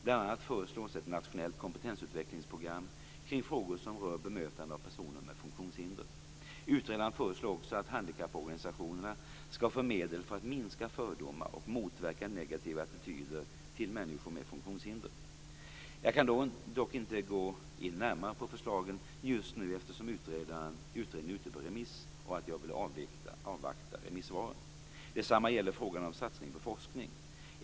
Bl.a. föreslås ett nationellt kompetensutvecklingsprogram kring frågor som rör bemötande av personer med funktionshinder. Utredaren föreslår också att handikapporganisationerna skall få medel för att minska fördomar och motverka negativa attityder till människor med funktionshinder. Jag kan dock inte gå in närmare på förslagen just nu eftersom utredningen är ute på remiss, och jag vill avvakta remissvaren. Detsamma gäller frågan om satsningar på forskning.